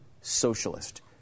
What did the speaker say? socialist